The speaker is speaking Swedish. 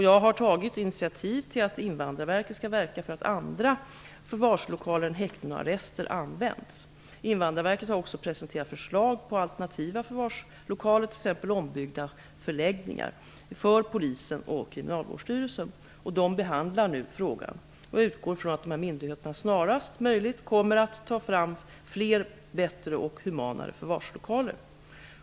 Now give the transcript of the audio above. Jag har tagit initiativ till att Invandrarverket skall verka för att andra förvarslokaler än häkten och arrester används. Invandrarverket har också presenterat förslag på alternativa förvarslokaler -- t.ex. ombyggda förläggningar -- för polisen och kriminalvårdsstyrelsen. De behandlar nu frågan. Jag utgår från att dessa myndigheter snarast möjligt kommer att ta fram fler, bättre och humanare förvarslokaler.